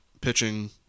pitching